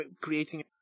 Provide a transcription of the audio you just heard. creating